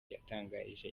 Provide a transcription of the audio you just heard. yatangarije